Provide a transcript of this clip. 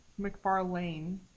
McFarlane